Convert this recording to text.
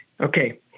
Okay